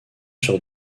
sur